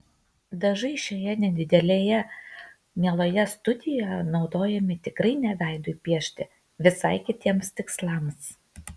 dažai šioje nedidelėje mieloje studijoje naudojami tikrai ne veidui piešti visai kitiems tikslams